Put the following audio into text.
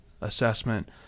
assessment